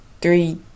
three